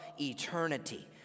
eternity